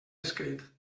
escrit